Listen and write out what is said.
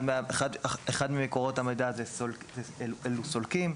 אחד ממקורות המידע אלו סולקים.